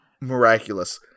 Miraculous